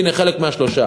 הנה חלק מהשלושה.